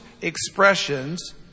expressions